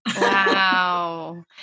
Wow